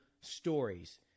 stories